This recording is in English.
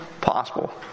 possible